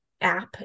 app